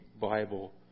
Bible